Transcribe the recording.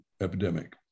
epidemic